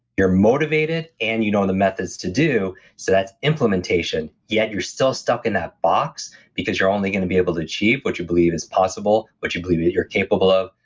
you're motivated and you know the methods to do, so that implementation. yet, you're still stuck in that box because you're only going to be able to achieve what you believe is possible, what you believe that you're capable of,